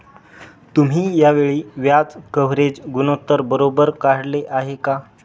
तुम्ही या वेळी व्याज कव्हरेज गुणोत्तर बरोबर काढले आहे का?